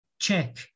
check